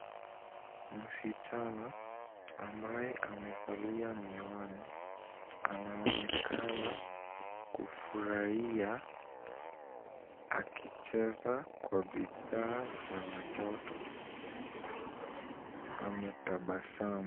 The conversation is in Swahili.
Msichana ambaye amevalia miwani anaonekana kufurahia akicheza kwa bidhaa vya watoto. Ametabasamu.